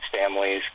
families